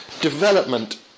development